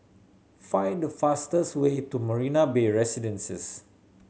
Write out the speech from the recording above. find the fastest way to Marina Bay Residences